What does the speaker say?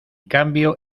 cambio